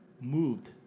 moved